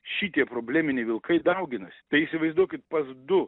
šitie probleminiai vilkai dauginasi tai įsivaizduokit pas du